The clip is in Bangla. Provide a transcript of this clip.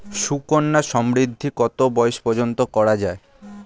সুকন্যা সমৃদ্ধী কত বয়স পর্যন্ত করা যায়?